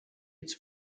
its